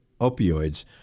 opioids